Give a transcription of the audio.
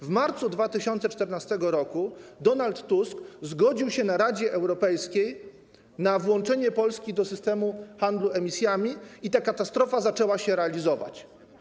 W marcu 2014 r. Donald Tusk zgodził się na posiedzeniu Rady Europejskiej na włączenie Polski do systemu handlu emisjami i ta katastrofa zaczęła się realizować.